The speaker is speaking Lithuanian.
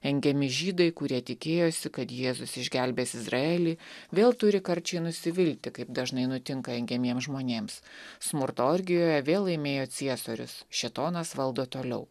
engiami žydai kurie tikėjosi kad jėzus išgelbės izraelį vėl turi karčiai nusivilti kaip dažnai nutinka engiamiems žmonėms smurto orgijoje vėl laimėjo ciesorius šėtonas valdo toliau